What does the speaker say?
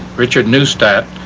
richard neustadt,